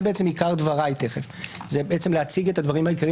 זה עיקר דבריי להציג את הדברים העיקריים